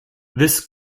this